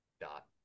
dot